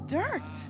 dirt